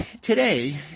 today